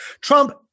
Trump